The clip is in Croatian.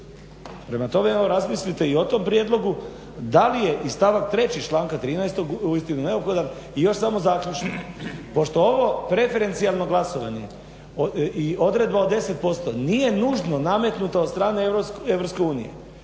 Prema tome, evo razmislite i o tom prijedlogu da li je i stavak 3. članka 13. uistinu neophodan. I još samo zaključno. Pošto ovo preferencijalno glasovanje i odredba od 10% nije nužno nametnuta od strane